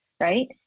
right